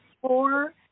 four